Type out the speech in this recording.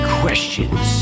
questions